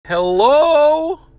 Hello